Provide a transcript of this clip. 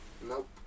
nope